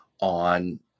on